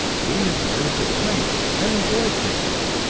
we had learned to think, and enjoy thinking.